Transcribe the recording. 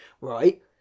right